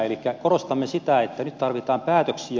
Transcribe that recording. elikkä korostamme sitä että nyt tarvitaan päätöksiä